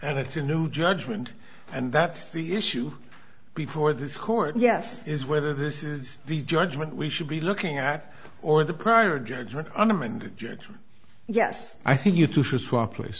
and it's a new judgment and that's the issue before this court yes is whether this is the judgment we should be looking at or the prior judgment on them and yes i think you two should swap place